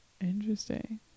Interesting